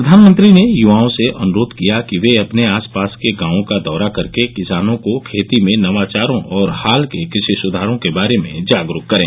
प्रधानमंत्री ने युवाओं से अनुरोध किया कि वे अपने आसपास के गांवों का दौरा करके किसानों को खेती में नवाचारों और हाल के कृषि सुधारों के बारे में जागरूक करें